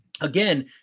again